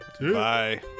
Bye